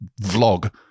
vlog